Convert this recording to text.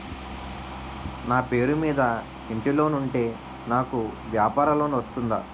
నా పేరు మీద ఇంటి లోన్ ఉంటే నాకు వ్యాపార లోన్ వస్తుందా?